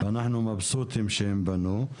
אנחנו מבסוטים שהם פנו,